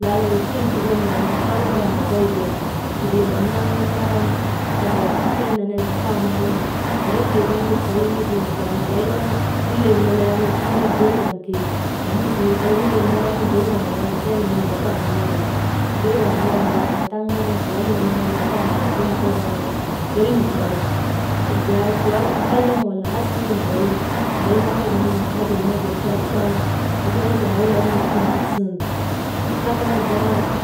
Laala wetir dukon ndan kaa barbarak nokoy tika kidiyan n̰aaman, naran esee nenee kadawan zakaa naa nuŋgu barik tiigin bes «hesitation» kay too hillek meleenu inda ber kan keyi namus windi, kay hillek meleenu berek kan wawan esee nenen zaka nan n̰oteeti, ber kan wawaandaaka taŋ bes naran chuwal nenee yak zaka naa yak arbayin kooro waŋgu feriŋ faanan jaa chuwal kayaŋ, wala asii, nokoy nday magazan nun netee ti haadir kurak suŋun esee chawaawil waŋgu firtik sun «hesitation»